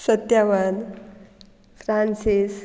Satyawan Francis